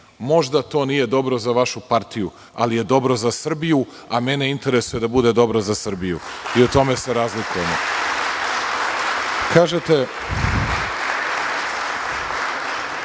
Možda to nije dobro za vašu partiju, ali je dobro za Srbiju, a mene interesuje da bude dobro za Srbiju i u tome se razlikujemo. Kažete,